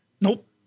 Nope